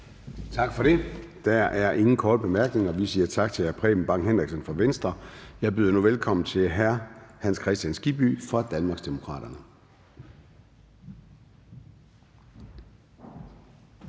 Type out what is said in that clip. Tak for det. Der er ingen korte bemærkninger. Vi siger tak til hr. Preben Bang Henriksen fra Venstre. Jeg byder nu velkommen til hr. Hans Kristian Skibby fra Danmarksdemokraterne.